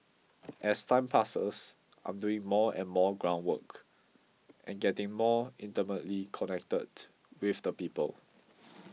as time passes I'm doing more and more ground work and getting more intimately connected with the people